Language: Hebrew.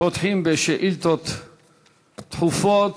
מוצרים מיהודה ושומרון ומרמת-הגולן.